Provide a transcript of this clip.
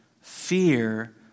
fear